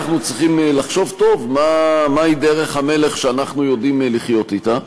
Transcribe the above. אנחנו צריכים לחשוב טוב מהי דרך המלך שאנחנו יודעים לחיות אתה,